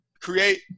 create